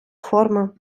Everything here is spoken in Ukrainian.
форми